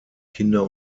kinder